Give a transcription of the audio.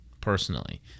personally